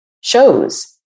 shows